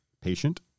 patient